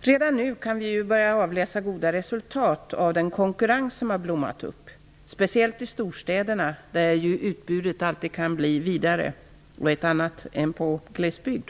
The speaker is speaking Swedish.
Redan nu kan vi börja avläsa goda resultat av den konkurrens som blommat upp, speciellt i storstäderna, där ju utbudet kan bli vidare och ett annat än i glesbygd.